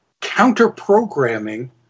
counter-programming